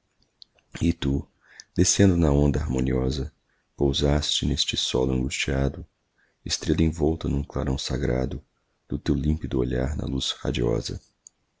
e tu descendo na onda harmoniosa pousaste n'este solo angustiado estrella envolta n'um clarão sagrado do teu limpido olhar na luz radiosa